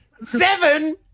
Seven